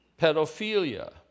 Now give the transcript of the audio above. pedophilia